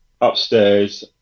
upstairs